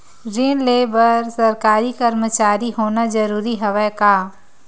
ऋण ले बर सरकारी कर्मचारी होना जरूरी हवय का?